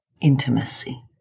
Intimacy